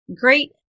great